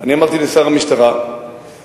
אני אמרתי לשר המשטרה שלדעתי,